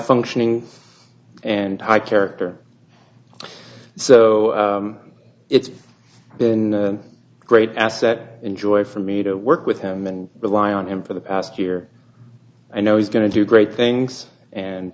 functioning and i character so it's been a great asset enjoy for me to work with him and rely on him for the past year i know he's going to do great things and